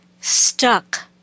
stuck